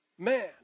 Man